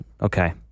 Okay